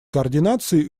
координации